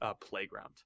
playground